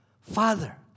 father